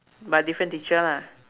but different teacher lah